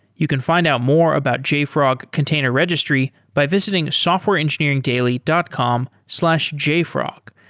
you can find out more about jfrog container registry by visiting softwareengineeringdaily dot com slash jfrog.